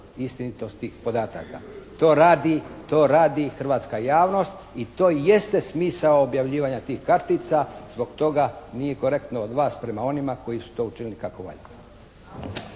istinitost tih podataka. To radi hrvatska javnost i to jeste smisao objavljivanja tih kartica. Zbog toga nije korektno od vas prema onima koji su to učinili kako valja.